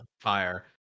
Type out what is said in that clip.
fire